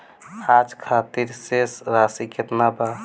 आज खातिर शेष राशि केतना बा?